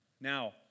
Now